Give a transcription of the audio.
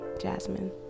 Jasmine